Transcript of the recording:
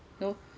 no